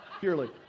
purely